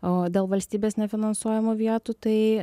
o dėl valstybės nefinansuojamų vietų tai